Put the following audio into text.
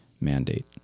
mandate